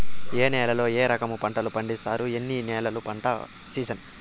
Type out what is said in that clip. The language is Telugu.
ఏ నేలల్లో ఏ రకము పంటలు పండిస్తారు, ఎన్ని నెలలు పంట సిజన్?